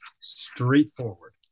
straightforward